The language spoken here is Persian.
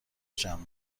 جمع